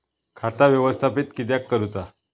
खाता व्यवस्थापित किद्यक करुचा?